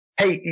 Hey